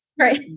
Right